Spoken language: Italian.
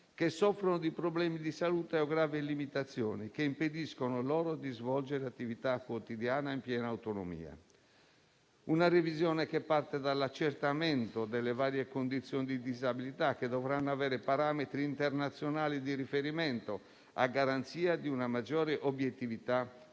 che soffrono di problemi di salute o gravi limitazioni che impediscono loro di svolgere attività quotidiana anche in autonomia. La revisione parte dall'accertamento delle varie condizioni di disabilità che dovranno avere parametri internazionali di riferimento a garanzia di una maggiore obiettività delle